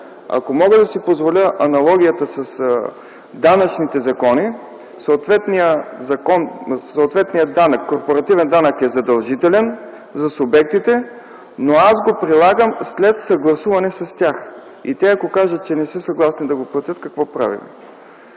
Ако мога да си позволя аналогията с данъчните закони – съответният корпоративен данък е задължителен за субектите, но аз го прилагам след съгласуване с тях. Те ако кажат, че не са съгласни да го платят – какво правим?